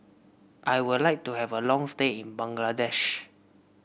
I would like to have a long stay in Bangladesh